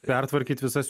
pertvarkyt visas